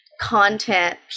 content